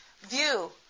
view